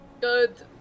Good